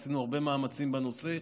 עשינו הרבה מאמצים בנושא,